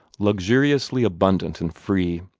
luxuriously abundant and free.